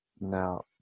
Now